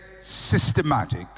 systematic